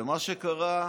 מה שקרה,